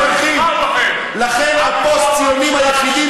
הפוסט-ציונים היחידים,